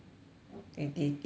it it it depends